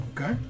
Okay